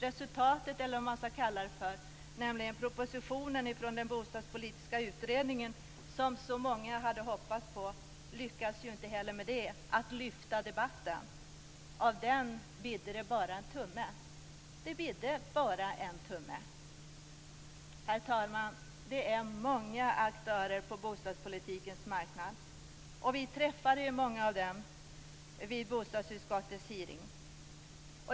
Resultatet, eller vad man skall kalla det för, nämligen propositionen på den bostadspolitiska utredningen som så många hade hoppats på, lyckades inte lyfta debatten. Av den bidde det bara en tumme. Det bidde bara en tumme! Herr talman! Det finns många aktörer på bostadspolitikens marknad. Vi träffade många av dem vid bostadsutskottets hearing.